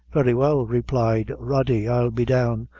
very well, replied rody, i'll be down,